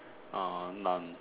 uh none